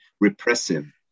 repressive